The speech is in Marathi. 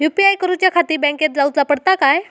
यू.पी.आय करूच्याखाती बँकेत जाऊचा पडता काय?